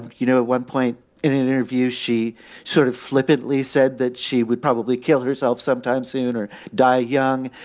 you know, at one point in an interview, she sort of flippantly said that she would probably kill herself sometime soon or die young.